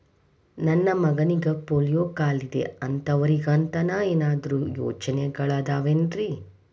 ನನ್ನ ಮಗನಿಗ ಪೋಲಿಯೋ ಕಾಲಿದೆ ಅಂತವರಿಗ ಅಂತ ಏನಾದರೂ ಯೋಜನೆಗಳಿದಾವೇನ್ರಿ?